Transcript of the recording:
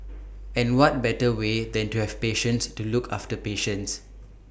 and what better way than to have patients to look after patients